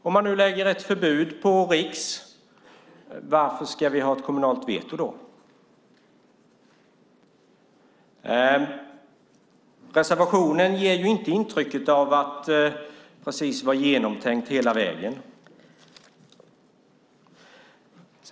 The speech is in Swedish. Om man nu lägger ett förbud på riksnivå undrar jag: Varför ska vi ha ett kommunalt veto? Reservationen ger inte intryck av att vara genomtänkt hela vägen.